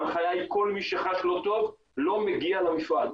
ההנחיה היא כל מי שחש לא טוב לא מגיע למפעל.